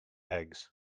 eggs